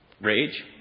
Rage